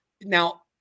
Now